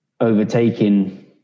overtaking